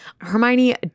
Hermione